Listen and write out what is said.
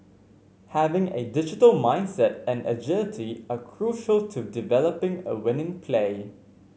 having a digital mindset and agility are crucial to developing a winning play